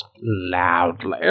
loudly